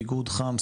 ביגוד חם,